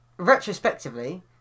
Retrospectively